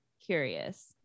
Curious